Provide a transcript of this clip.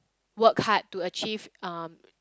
work hard to achieve um